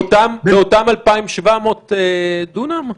באותם 2,700 דונם?